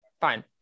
Fine